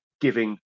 giving